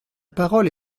parole